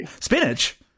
Spinach